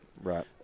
right